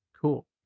cool